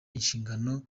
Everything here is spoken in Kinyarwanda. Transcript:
inshingano